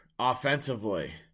Offensively